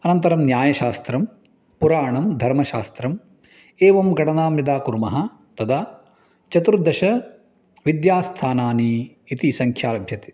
अनन्तरं न्यायशास्त्रं पुराणं धर्मशास्त्रम् एवं गणनां यदा कुर्मः तदा चतुर्दश विद्यास्थानानि इति संङ्ख्या लभ्यते